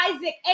Isaac